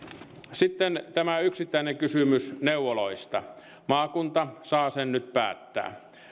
sitten tämä yksittäinen kysymys neuvoloista maakunta saa sen nyt päättää